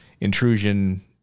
intrusion